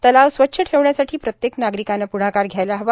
तलाव स्वच्छ ठेवण्यासाठी प्रत्येक नागरिकांनी प्ढाकार घ्यायला हवा